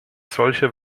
solche